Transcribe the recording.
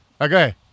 Okay